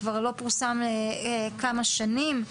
וכבר לא פורסם כמה שנים,